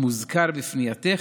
המוזכר בפנייתך,